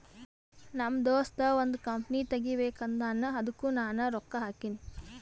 ನಮ್ ದೋಸ್ತ ಒಂದ್ ಕಂಪನಿ ತೆಗಿಬೇಕ್ ಅಂದಾನ್ ಅದ್ದುಕ್ ನಾನೇ ರೊಕ್ಕಾ ಹಾಕಿನಿ